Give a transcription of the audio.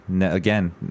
Again